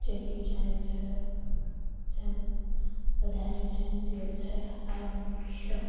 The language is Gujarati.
ચેતી જાય છે જેમ બધાને જયંતીઓ છે આવા મુખ્ય